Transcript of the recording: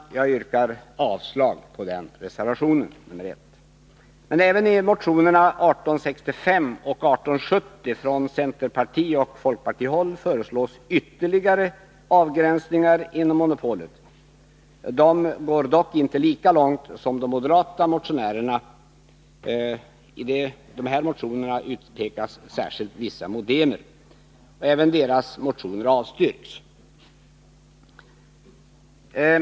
Jag yrkar avslag på denna reservation. Men även i motionerna 1865 och 1870 från centerpartioch folkpartihåll föreslås ytterligare avgränsningar inom monopolet. De går dock inte lika långt som de moderata motionerna. I de här motionerna utpekas särskilt vissa modemer. Även de motionerna avstyrks.